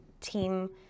team